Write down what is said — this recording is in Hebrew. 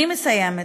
אני מסיימת.